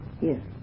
yes